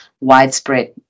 widespread